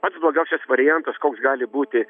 pats blogiausias variantas koks gali būti